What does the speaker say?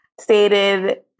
stated